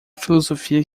filosofia